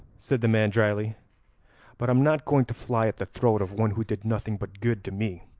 said the man drily but i'm not going to fly at the throat of one who did nothing but good to me.